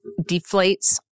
deflates